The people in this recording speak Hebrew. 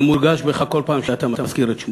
זה מורגש בך כל פעם שאתה מזכיר את שמו.